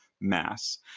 Mass